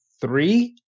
three